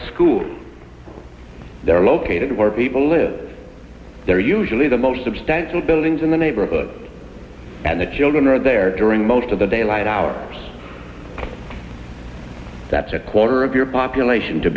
school they're located where people live there are usually the most abstention buildings in the neighborhood and the children are there during most of the daylight hours that's a quarter of your population to